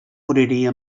moriria